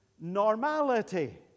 normality